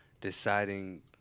deciding